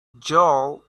joel